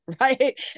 Right